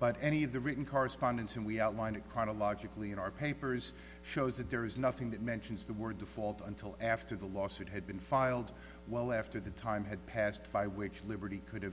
but any of the written correspondence and we outlined it chronologically in our papers shows that there is nothing that mentions the word default until after the lawsuit had been filed well after the time had passed by which liberty could